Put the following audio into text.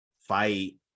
fight